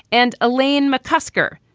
and elaine mccusker,